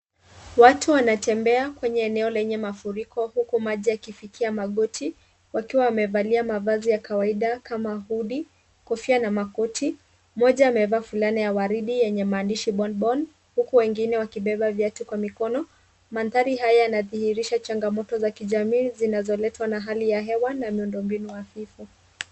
Watu wanatembea kwenye eneo lenye mafuriko huku maji yakifikia magoti, wakiwa wamevalia mavazi ya kawaida kama hoodie , kofia na makoti. Mmoja amevaa fulana ya waridi yenye maandishi bon bon huku wengine wakibeba viatu kwa mikono. Mandhari haya yanadhihirisha changamoto za kijamii zinazoletwa na hali ya hewa na miundombinu hafifu.